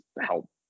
help